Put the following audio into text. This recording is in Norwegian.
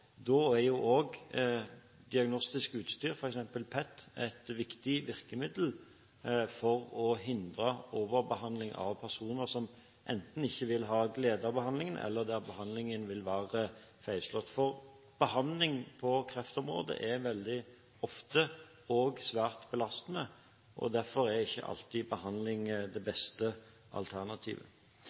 Da er også diagnostisk utstyr, f.eks. PET, et viktig virkemiddel for å hindre overbehandling av personer som enten ikke vil ha glede av behandlingen eller der behandlingen vil være feilslått. Behandling på kreftområdet er veldig ofte også svært belastende, og derfor er ikke alltid behandling det beste alternativet.